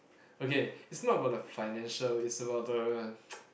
okay it's not about the financial it's about the